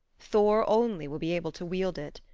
thor only will be able to wield it.